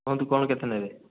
କୁହନ୍ତୁ କ'ଣ କେତେ ନେବେ